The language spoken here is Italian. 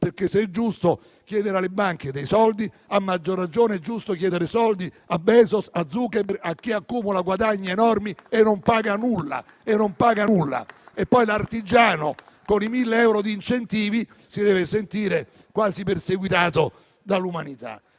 perché se è giusto chiedere soldi alle banche, a maggior ragione è giusto chiedere soldi a Bezos, a Zuckerberg e a chi accumula guadagni enormi e non paga nulla. Poi l'artigiano con i 1.000 euro di incentivi si deve sentire quasi come un perseguitato dall'umanità.